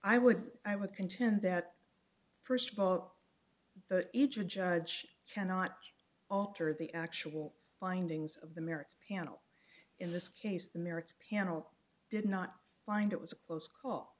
i would i would contend that first of all the ija judge cannot alter the actual findings of the merits panel in this case the merits panel did not find it was a close call